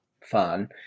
fun